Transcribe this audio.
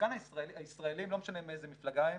השחקן הישראלי, לא משנה מאיזה מפלגה הוא,